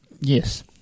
Yes